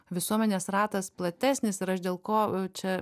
visuomenės ratas platesnis ir aš dėl ko čia